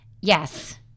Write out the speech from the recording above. Yes